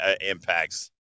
impacts